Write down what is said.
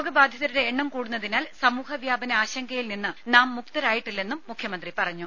രോഗബാധിതരുടെ എണ്ണം കൂടുന്നതിനാൽ സമൂഹ വ്യാപന ആശങ്കയിൽ നിന്ന് നാം മുക്തരായിട്ടില്ലെന്നും മുഖ്യമന്ത്രി പറഞ്ഞു